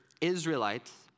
Israelites